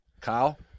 Kyle